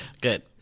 Good